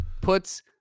puts